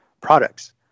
products